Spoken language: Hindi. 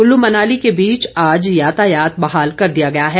कुल्लू मनाली के बीच आज यातायात बहाल कर दिया गया है